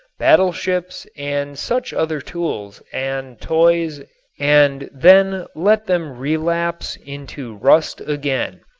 battleships and such other tools and toys and then let them relapse into rust again.